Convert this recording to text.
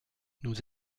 nous